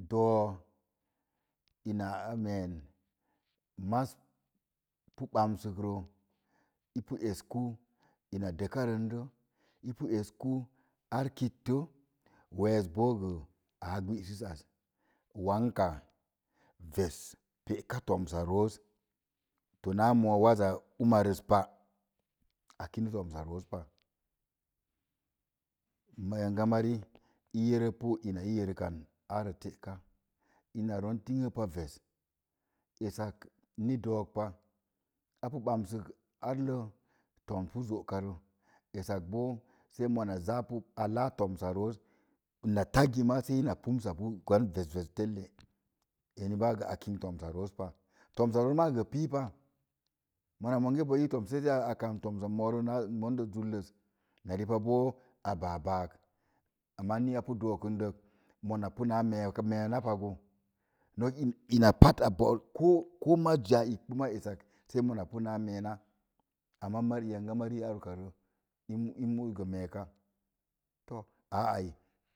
eloo ina a meen maz pu gabmsə rə ipu eska ina eləkarren də, ipu esku ar kittə wess bo a gbəsəs as. Wanka ves peka tomsa. ros tona moo waza uma rəz pa akin tomsa noo pa yanga mari irlerepu ina i yerekən arə teka ina ron ting ves eska ni dook pa a pu gbamsik re ipu eska toms rosce. Esak sei mona zaa pu a laa tomsa ros na tagə ma sei in pumsa pu kwan ves ves telle eni maa akinik tomsa roos pa tomsa roos maa gə pi pa. mona mangə ii toms sei a kamb tomsa monde zulles na pa ba a báá bak amma ni a pu doo kən dəz mona ka mee meeka pa gə. ina pat a po'k ko mas zi a boz sei esak sei na mee ka amma yanga mari yonga mari ar oka ro i muss mee ka